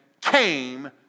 came